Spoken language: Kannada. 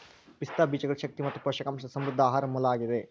ಪಿಸ್ತಾ ಬೀಜಗಳು ಶಕ್ತಿ ಮತ್ತು ಪೋಷಕಾಂಶದ ಸಮೃದ್ಧ ಆಹಾರ ಮೂಲ ಆಗಿದೆ